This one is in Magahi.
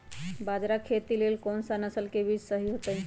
बाजरा खेती के लेल कोन सा नसल के बीज सही होतइ?